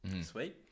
Sweet